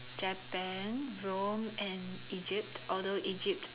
Japan Rome and Egypt although Egypt